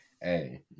Hey